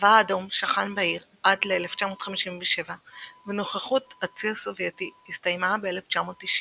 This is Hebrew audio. הצבא האדום שכן בעיר עד ל-1957 ונוכחות הצי הסובייטי הסתיימה ב-1990.